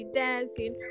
dancing